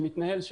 שמתנהל,